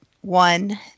One